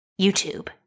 YouTube